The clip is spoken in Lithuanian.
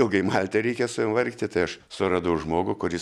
ilgai malti reikia su jom vargti tai aš suradau žmogų kuris